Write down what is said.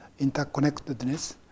interconnectedness